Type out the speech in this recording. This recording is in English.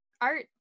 art